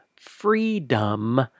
freedom